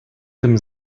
tym